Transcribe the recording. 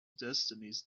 destinies